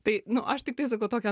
tai nu aš tiktai sakau tokią